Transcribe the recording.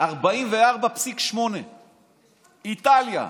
44.8%; איטליה,